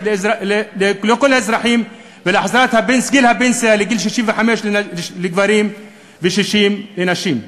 לכל האזרחים ולהחזרת גיל הפנסיה ל-65 לגברים ו-60 לנשים.